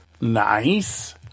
Nice